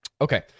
Okay